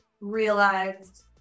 realized